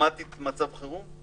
אוטומטית מצב חירום?